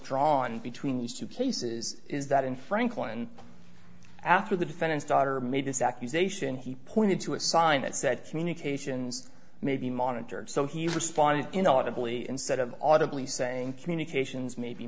drawn between these two cases is that in franklin after the defendant's daughter made this accusation he pointed to a sign that said communications may be monitored so he responded inaudibly instead of audibly saying communications may be